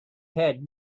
had